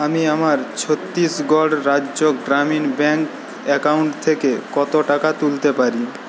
আমি আমার ছত্তিশগড় রাজ্য গ্রামীণ ব্যাঙ্ক অ্যাকাউন্ট থেকে কত টাকা তুলতে পারি